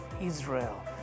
Israel